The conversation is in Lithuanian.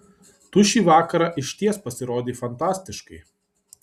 tu šį vakarą išties pasirodei fantastiškai